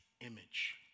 image